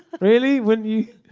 really. wouldn't you